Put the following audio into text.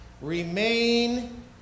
remain